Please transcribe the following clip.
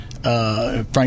Frank